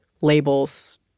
labels